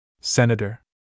Senator